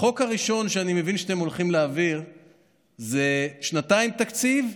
החוק הראשון שאני מבין שאתם הולכים להעביר זה שנתיים תקציב,